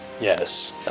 Yes